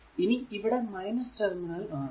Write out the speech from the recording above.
ഇനി ഇവിടെ ടെർമിനൽ ആണ്